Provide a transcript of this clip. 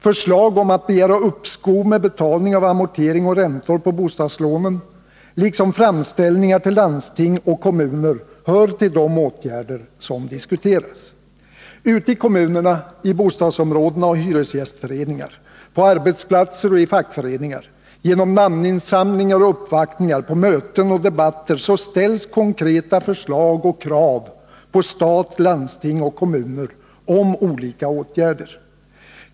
Förslag om att begära uppskov med betalning av amortering och räntor på bostadslånen liksom framställningar till landsting och kommuner hör till de åtgärder som diskuteras. Ute i kommunerna, i bostadsområden och hyresgästföreningar, på arbetsplatser och i fackföreningar, genom namninsamlingar och uppvaktningar, på möten och vid debatter framförs konkreta förslag till krav på stat, landsting och kommuner om olika åtgärder.